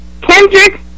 Kendrick